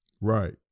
Right